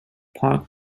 parc